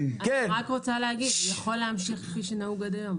רוצה להגיד, הוא יכול להמשיך כפי שנהוג עד היום.